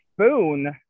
spoon